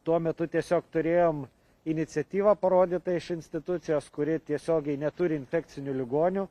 tuo metu tiesiog turėjom iniciatyvą parodytą iš institucijos kuri tiesiogiai neturi infekcinių ligonių